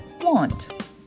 want